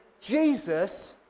Jesus